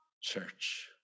church